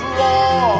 law